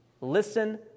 Listen